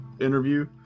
interview